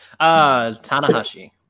Tanahashi